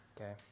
Okay